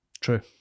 true